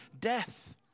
Death